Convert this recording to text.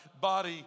body